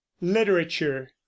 literature